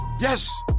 Yes